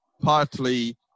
partly